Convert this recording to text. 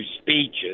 speeches